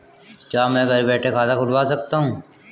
क्या मैं घर बैठे खाता खुलवा सकता हूँ?